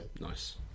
Nice